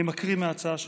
אני מקריא מההצעה שלך: